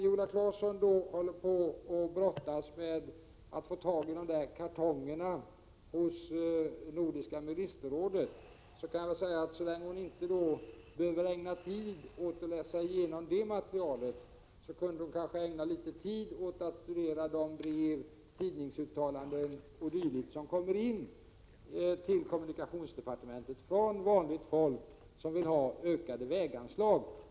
Viola Claesson brottas med att få tag i kartongerna hos Nordiska ministerrådet, men så länge hon inte behöver ägna sig åt att läsa det materialet kunde hon studera tidningsuttalanden, brev o.d. som kommer till kommunikationsdepartementet från vanligt folk som vill ha ökade väganslag.